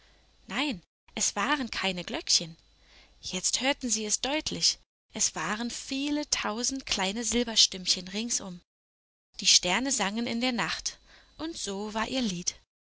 nein es waren keine glöckchen jetzt hörten sie es deutlich es waren viel tausend kleine silberstimmchen ringsum die sterne sangen in der nacht und so war ihr lied